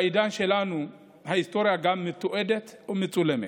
בעידן שלנו ההיסטוריה גם מתועדת ומצולמת.